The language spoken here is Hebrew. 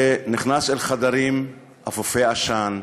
שנכנס אל חדרים אפופי עשן,